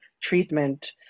treatment